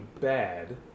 bad